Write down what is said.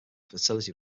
fertility